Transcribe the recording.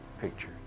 picture